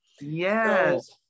Yes